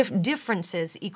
differences